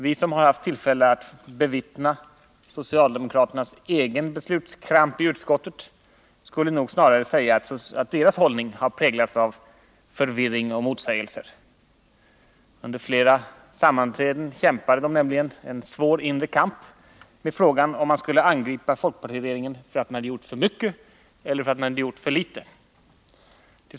Vi som har haft tillfälle att bevittna socialdemokraternas beslutskramp i utskottet skulle nog snarare säga att deras egen hållning har präglats av förvirring och motsägelser. Vid flera sammanträden förde socialdemokraterna nämligen en svår inre kamp: Skulle man angripa folkpartiregeringen för att den hade gjort för mycket eller för att den hade gjort för litet?